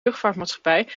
luchtvaartmaatschappij